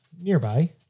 nearby